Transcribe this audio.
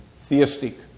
theistic